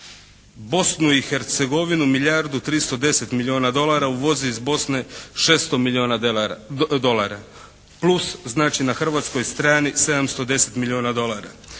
Bosnu i Hercegovinu milijardu i 310 milijuna dolara. Uvozi iz Bosne 600 milijuna dolara. Plus znači na hrvatskoj strani 710 milijuna dolara.